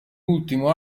ultimo